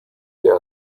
der